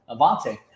Avante